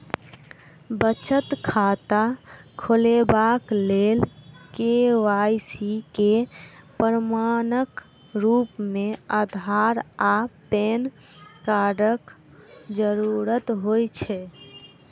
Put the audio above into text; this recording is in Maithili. बचत खाता खोलेबाक लेल के.वाई.सी केँ प्रमाणक रूप मेँ अधार आ पैन कार्डक जरूरत होइ छै